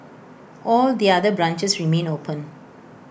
all the other branches remain open